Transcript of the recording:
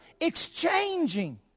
exchanging